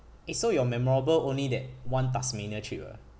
eh so your memorable only that one tasmania trip ah